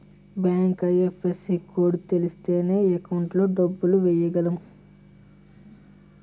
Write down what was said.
bank IFSC code తెలిస్తేనే account లో డబ్బులు ఎయ్యగలం